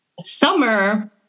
Summer